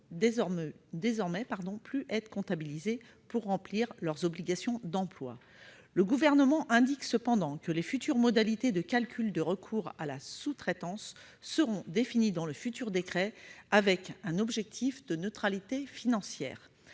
désormais plus être comptabilisés pour remplir leurs obligations d'emploi. Le Gouvernement indique cependant que les futures modalités de calcul de recours à la sous-traitance seront définies dans le futur décret avec un objectif de neutralité financière.